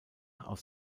aus